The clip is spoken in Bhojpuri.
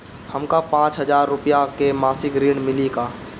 हमका पांच हज़ार रूपया के मासिक ऋण मिली का?